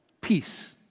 peace